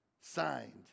signed